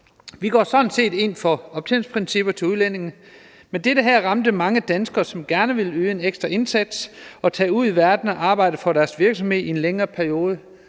Vi går sådan set ind for optjeningsprincipper til udlændinge, men det her ramte mange danskere, som gerne ville yde en ekstra indsats og tage ud i verden og arbejde for deres virksomhed i en længere periode